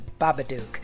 Babadook